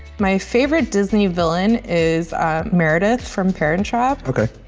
my favorite disney villain is meredith from parent trap. okay.